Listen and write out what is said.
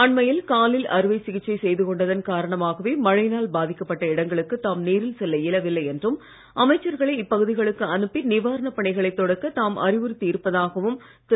அண்மையில் காலில் அறுவை சிகிச்சை செய்து கொண்டதன் காரணமாகவே மழையினால் பாதிக்கப்பட்ட இடங்களுக்கு தாம் நேரில் செல்ல இயலவில்லை என்றும் அமைச்சர்களை இப்பகுதிகளுக்கு அனுப்பி நிவாரணப் பணிகளை தொடக்க தாம் அறிவுறுத்தி இருப்பதாகவும் திரு